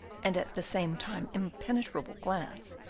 and at the same time impenetrable glance,